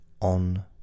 On